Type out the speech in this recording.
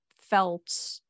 felt